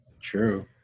True